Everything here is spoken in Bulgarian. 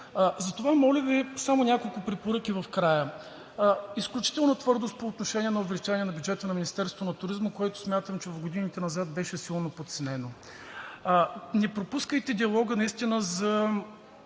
Затова моля Ви само няколко препоръки в края: изключителна твърдост по отношение на увеличаването на бюджета на Министерството на туризма, който смятам, че в годините назад беше силно подценен; не пропускайте наистина